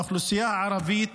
באוכלוסייה הערבית,